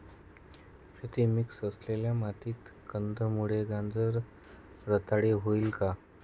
रेती मिक्स असलेल्या मातीत कंदमुळे, गाजर रताळी होतील का?